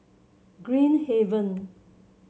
Green Haven